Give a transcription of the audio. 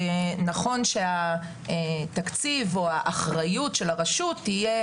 נכון שהתקציב או האחריות של הרשות תהיה